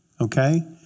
okay